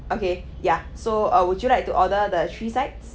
okay ya so uh would you like to order the three sides